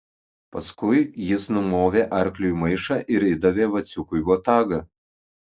paskui jis numovė arkliui maišą ir įdavė vaciukui botagą